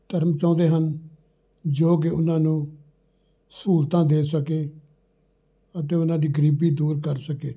ਧਰਮ ਚਾਹੁੰਦੇ ਹਨ ਜੋ ਕਿ ਉਹਨਾਂ ਨੂੰ ਸਹੂਲਤਾਂ ਦੇ ਸਕੇ ਅਤੇ ਉਹਨਾਂ ਦੀ ਗਰੀਬੀ ਦੂਰ ਕਰ ਸਕੇ